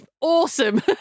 awesome